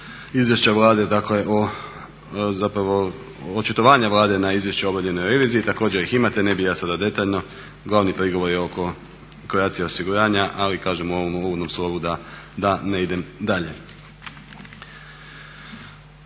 izvješća Vlade dakle o, zapravo očitovanja Vlade na izvješće o obavljenoj reviziji, također ih imate, ne bih ja sada detaljno, glavni prigovor je oko Croatia osiguranja ali, kažem u ovom uvodnom slovu da ne idem dalje.